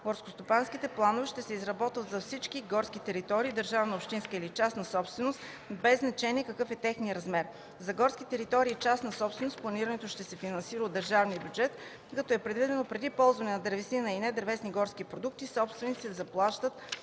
Горскостопански планове ще се изработват за всички горски територии – държавна, общинска или частна собственост, без значение какъв е техният размер. За горски територии частна собственост планирането ще се финансира от държавния бюджет, като е предвидено преди ползване на дървесина и недървесни горски продукти собствениците да заплащат